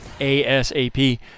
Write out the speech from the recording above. ASAP